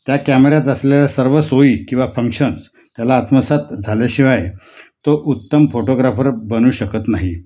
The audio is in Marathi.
त्या कॅमेऱ्यात असलेल्या सर्व सोयी किंवा फंक्शन्स त्याला आत्मसात झाल्याशिवाय तो उत्तम फोटोग्राफर बनू शकत नाही